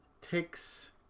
takes